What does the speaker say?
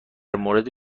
مورد